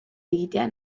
egitea